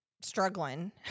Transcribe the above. struggling